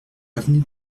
avenue